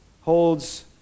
holds